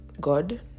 God